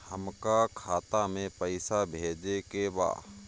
हमका खाता में पइसा भेजे के बा